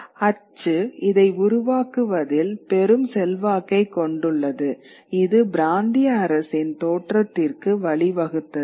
அச்சு இதை உருவாக்குவதில் பெரும் செல்வாக்கைக் கொண்டுள்ளது இது பிராந்திய அரசின் தோற்றத்திற்கு வழிவகுத்தது